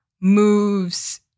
moves